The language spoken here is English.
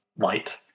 Light